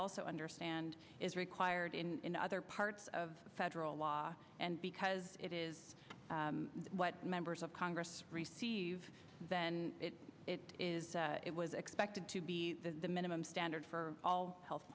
also understand is required in other parts of federal law and because it is what members of congress receive then it is it was expected to be the minimum standard for all health